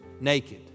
naked